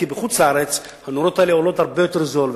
כי בחוץ-לארץ הנורות האלה הרבה יותר זולות,